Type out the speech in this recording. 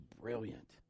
brilliant